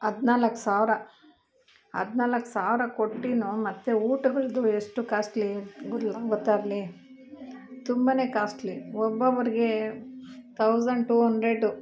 ಹದಿನಾಲ್ಕು ಸಾವಿರ ಹದಿನಾಲ್ಕು ಸಾವಿರ ಕೊಟ್ಟು ಮತ್ತು ಊಟಗಳದು ಎಷ್ಟು ಕಾಸ್ಟ್ಲಿ ಗೊತ್ತಾ ಅಲ್ಲಿ ತುಂಬ ಕಾಸ್ಟ್ಲಿ ಒಬ್ಬೊಬ್ರುಗೆ ತೌಸಂಡ್ ಟು ಅಂಡ್ರೆಡು